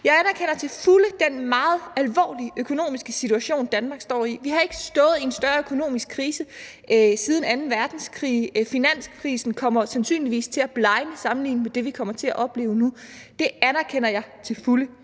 Jeg anerkender til fulde den meget alvorlige økonomiske situation, Danmark står i. Vi har ikke stået i en større økonomisk krise siden anden verdenskrig. Finanskrisen kommer sandsynligvis til at blegne sammenlignet med det, vi kommer til at opleve nu. Det anerkender jeg til fulde.